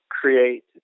create